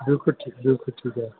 ॿियो कुझु ॿियो कुझु बि कया